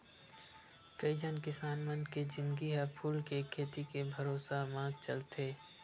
कइझन किसान मन के जिनगी ह फूल के खेती के भरोसा म चलत हे